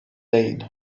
değil